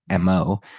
MO